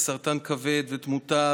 זה יכול לגרום לסרטן כבד ותמותה,